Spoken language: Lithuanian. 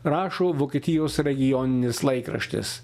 rašo vokietijos regioninis laikraštis